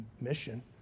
mission